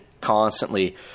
Constantly